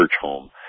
home